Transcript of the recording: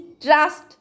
trust